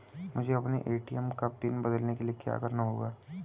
मुझे अपने ए.टी.एम का पिन बदलने के लिए क्या करना होगा?